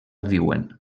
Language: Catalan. viuen